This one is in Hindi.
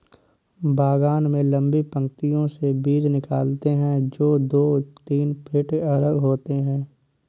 बागान में लंबी पंक्तियों से बीज निकालते है, जो दो तीन फीट अलग होते हैं